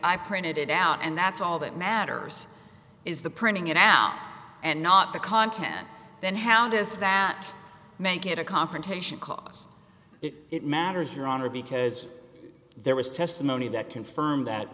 i printed it out and that's all that matters is the printing in out and not the content then how does that make it a confrontation clause it matters your honor because there was testimony that confirmed that